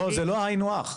לא, זה לא היינו הך.